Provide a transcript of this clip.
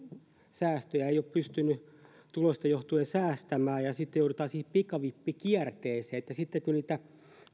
säästöjä ei ole pystynyt tuloista johtuen säästämään sitten joudutaan pikavippikierteeseen ja sitten kun niitä